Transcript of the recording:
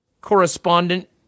correspondent